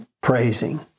Praising